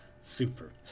Super